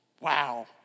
Wow